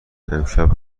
امشب